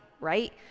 right